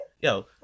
Yo